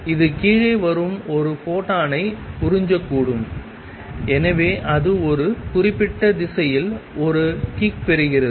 இது கீழே வரும் ஒரு ஃபோட்டானை உறிஞ்சக்கூடும் எனவே அது ஒரு குறிப்பிட்ட திசையில் ஒரு கிக் பெறுகிறது